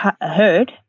heard